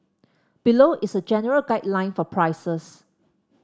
below is a general guideline for prices